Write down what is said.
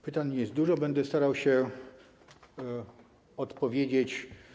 Pytań nie jest dużo, będę starał się na nie odpowiedzieć.